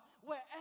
wherever